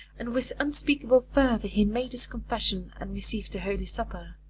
and with unspeakable fervor he made his confession and received the holy supper.